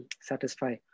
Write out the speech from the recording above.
satisfy